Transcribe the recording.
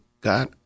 God